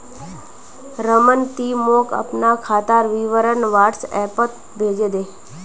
रमन ती मोक अपनार खातार विवरण व्हाट्सएपोत भेजे दे